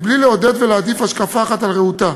בלי לעודד ולהעדיף השקפה אחת על רעותה,